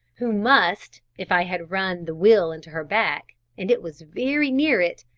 who must, if i had run the wheel into her back, and it was very near it,